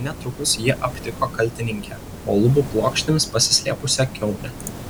netrukus jie aptiko kaltininkę po lubų plokštėmis pasislėpusią kiaunę